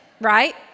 right